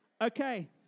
Okay